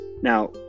Now